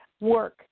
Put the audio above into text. work